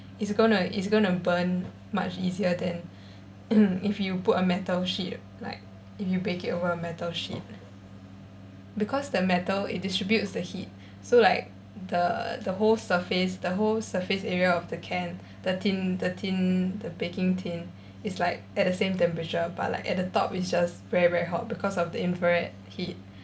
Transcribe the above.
is gonna is gonna burn much easier than if you put a metal sheet like if you bake it over a metal sheet because the metal it distributes the heat so like the the whole surface the whole surface area of the can the tin the tin the baking tin is like at the same temperature but like at the top is just very very hot because of the infrared heat